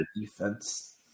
defense